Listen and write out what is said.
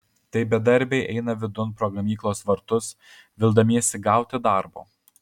tai bedarbiai eina vidun pro gamyklos vartus vildamiesi gauti darbo